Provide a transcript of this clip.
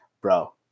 bro